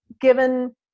given